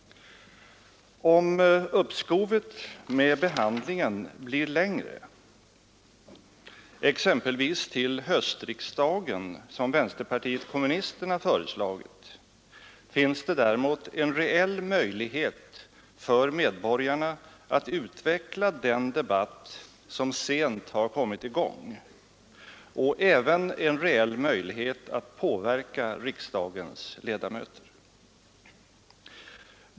Om uppskovet med behandlingen blir längre — exempelvis till höstriksdagen, som vänsterpartiet kommunisterna föreslagit — finns det däremot en reell möjlighet för medborgarna att utveckla den debatt som sent har kommit i gång och även en reell möjlighet att påverka riksdagens ledamöter.